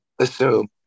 assume